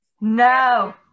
No